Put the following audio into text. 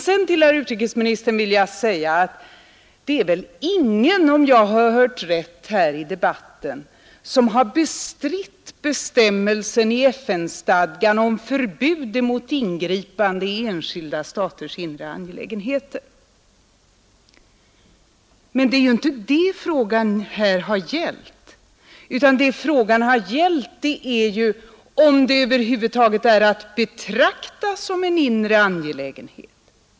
Sedan, herr utrikesminister, vill jag säga att det är väl ingen här i debatten — om jag har hört rätt — som har bestritt bestämmelsen i FN-stadgan om förbud emot ingripande i enskilda staters inre angelägenheter. Men det är ju inte det frågan här har gällt, utan det är om detta över huvud taget är att betrakta som en inre angelägenhet.